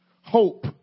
hope